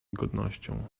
godnością